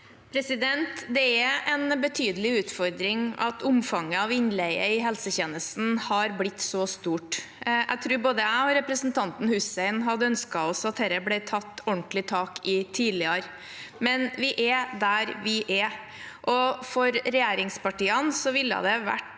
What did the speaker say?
Det er en bety- delig utfordring at omfanget av innleie i helsetjenesten har blitt så stort. Jeg tror både jeg og representanten Hussein hadde ønsket oss at dette ble tatt ordentlig tak i tidligere, men vi er der vi er. For regjeringspartiene vil le det ha vært